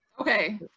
Okay